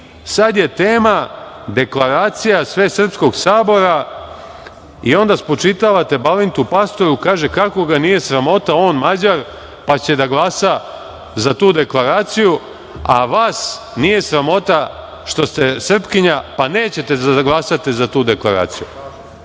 sad je tema deklaracija Svesrpskog sabora i onda spočitavate Balintu Pastoru. Kaže – kako ga nije sramota da on Mađar, pa će da glasa za tu deklaraciju, a vas nije sramota što ste Srpkinja pa nećete da glasate za tu deklaraciju. Još